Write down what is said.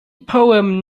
poem